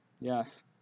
Yes